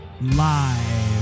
live